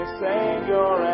savior